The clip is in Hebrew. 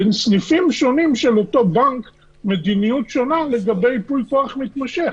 בין סניפים שונים של אותו בנק יש מדיניות שונה לגבי ייפוי כוח מתמשך.